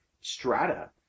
strata